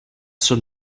son